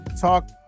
talk